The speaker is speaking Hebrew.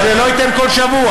אבל זה לא ייתן כל שבוע.